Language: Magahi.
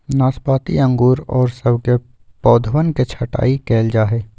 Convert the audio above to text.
नाशपाती अंगूर और सब के पौधवन के छटाई कइल जाहई